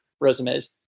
resumes